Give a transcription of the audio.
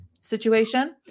situation